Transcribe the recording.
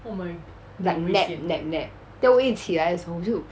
like nap nap nap then 我一起来的时候我就